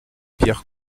pierre